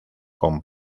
con